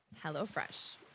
HelloFresh